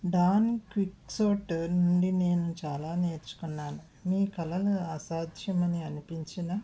don Quixote నుండి నేను చాలా నేర్చుకున్నాను మీ కలలు అసాధ్యమని అనిపించిన